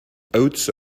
oats